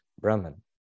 Brahman